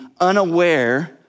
unaware